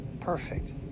perfect